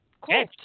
cool